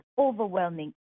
overwhelming